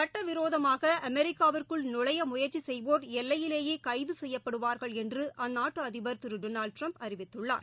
சுட்டவிரோதமாக அமெரிக்காவிற்குள் நுழைய முயற்சி சுய்வோர் எல்லையிலேயே கைது செய்யப்படுவார்கள் என்று அந்நாட்டு அதிபர் திரு டொனால்டு ட்ரம்ப் அறிவித்துள்ளார்